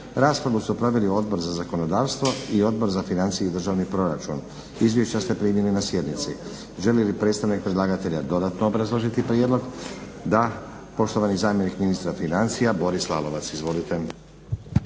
Raspravu su proveli Odbor za zakonodavstvo i Odbor za financije i državni proračun. Izvješća ste primili na sjednici. Želi li predstavnik predlagatelja dodatno obrazložiti prijedlog? Da. Poštovani zamjenik ministra financija Boris Lalovac. Izvolite.